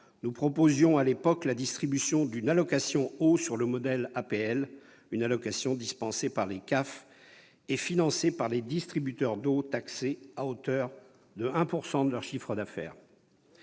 Nous proposions à l'époque la distribution d'une allocation eau, sur le modèle des APL, une allocation dispensée par les CAF et financée par les distributeurs d'eau taxés à hauteur de 1 % de leur chiffre d'affaires.